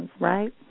right